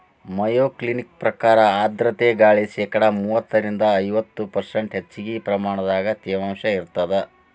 Mayo Clinic ಪ್ರಕಾರ ಆರ್ಧ್ರತೆ ಗಾಳಿ ಶೇಕಡಾ ಮೂವತ್ತರಿಂದ ಐವತ್ತು ಪರ್ಷ್ಂಟ್ ಹೆಚ್ಚಗಿ ಪ್ರಮಾಣದ ತೇವಾಂಶ ಇರತ್ತದ